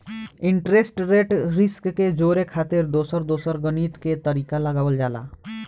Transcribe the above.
interest rate risk के जोड़े खातिर दोसर दोसर गणित के तरीका लगावल जाला